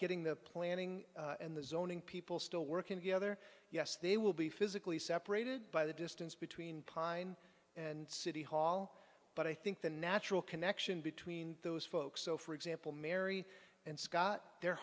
getting the planning and the zoning people still working together yes they will be physically separated by the distance between pine and city hall but i think the natural connection between those folks so for example mary and scott their